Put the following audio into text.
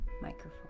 microphone